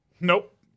Nope